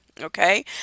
Okay